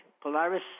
Polaris